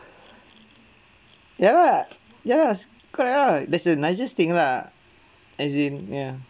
ya lah ya lah correct lah that's the nicest thing lah as in ya